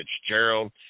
Fitzgerald